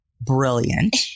brilliant